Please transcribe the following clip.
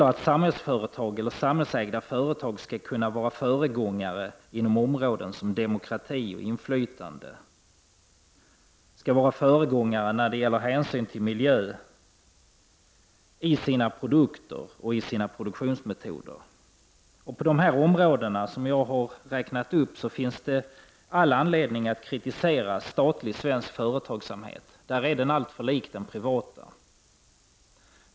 Samhällsägda företag skall kunna vara föregångare inom områden som demokrati och inflytande. De skall också kunna vara föregångare när det gäller att i sina produktionsmetoder och med sina produkter ta hänsyn till bl.a. miljön. På dessa uppräknade områden finns det all anledning att kritisera svensk statlig företagsamhet. Den är alltför lik den privata.